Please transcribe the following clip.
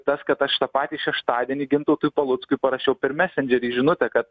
tas kad aš tą patį šeštadienį gintautui paluckui parašiau per mesendžerį žinutę kad